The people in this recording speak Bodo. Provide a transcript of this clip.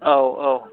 औ औ